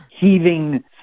heaving